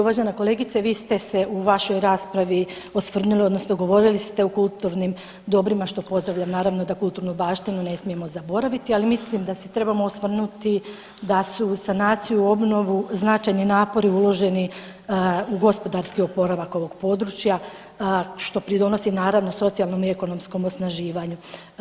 Uvažena kolegice vi ste se u vašoj raspravi osvrnuli odnosno govorili ste o kulturnim dobrima, što pozdravljam naravno da kulturnu baštinu ne smijemo zaboraviti, ali mislim da se trebamo osvrnuti da se u sanaciju, u obnovu značajni napori uloženi u gospodarski oporavak ovog područja što pridonosi naravno socijalnom i ekonomskom osnaživanju.